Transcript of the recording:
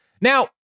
Now